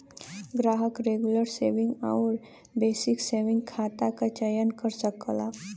ग्राहक regular saving आउर basic saving खाता क चयन कर सकला